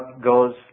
goes